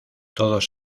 todos